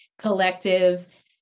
collective